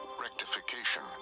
rectification